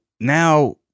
now